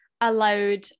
allowed